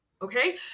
Okay